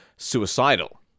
Suicidal